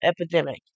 epidemic